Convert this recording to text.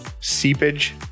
Seepage